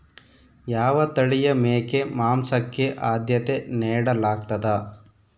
ಯಾವ ತಳಿಯ ಮೇಕೆ ಮಾಂಸಕ್ಕೆ, ಆದ್ಯತೆ ನೇಡಲಾಗ್ತದ?